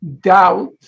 doubt